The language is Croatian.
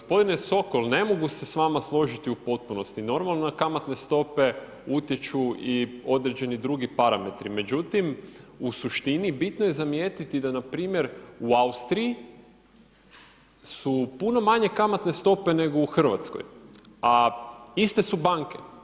Gospodine Sokol, ne mogu se s vama složiti u potpunosti, na normalne kamatne stope utječu i određeni i drugi parametri međutim u suštini bitno je zamijetiti da npr. u Austriji su puno manje kamatne stope nego u Hrvatskoj a iste su banke.